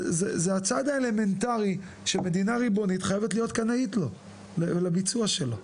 זה הצעד האלמנטרי שמדינה ריבונית חייבת להיות קנאית לביצוע שלו.